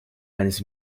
eines